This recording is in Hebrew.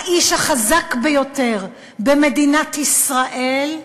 האיש החזק ביותר במדינת ישראל,